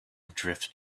drift